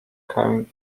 came